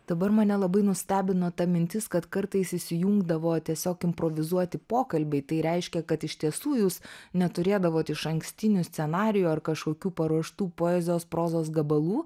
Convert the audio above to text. dabar mane labai nustebino ta mintis kad kartais įsijungdavo tiesiog improvizuoti pokalbiai tai reiškia kad iš tiesų jūs neturėdavot išankstinių scenarijų ar kažkokių paruoštų poezijos prozos gabalų